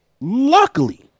luckily